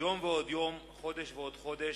יום ועוד יום חודש ועוד חודש,